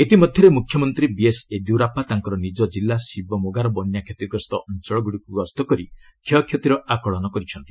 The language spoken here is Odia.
ଇତିମଧ୍ୟରେ ମୁଖ୍ୟମନ୍ତ୍ରୀ ବିଏସ୍ ୟେଦିୟୁରାପ୍ପା ତାଙ୍କର ନିଜ କିଲ୍ଲା ଶିବମୋଗାର ବନ୍ୟା କ୍ଷତିଗ୍ରସ୍ତ ଅଞ୍ଚଳଗୁଡ଼ିକୁ ଗସ୍ତ କରି କ୍ଷୟକ୍ଷତିର ଆକଳନ କରିଛନ୍ତି